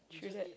true that